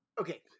Okay